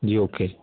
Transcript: جی okay